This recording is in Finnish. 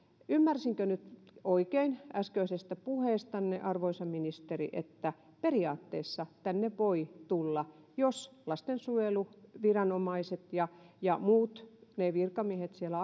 ymmärsinkö nyt oikein äskeisestä puheestanne arvoisa ministeri että periaatteessa tänne voi tulla jos lastensuojeluviranomaiset ja ja muut ne virkamiehet siellä